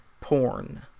porn